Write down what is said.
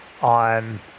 on